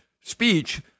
speech